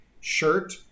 shirt